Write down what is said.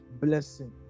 blessing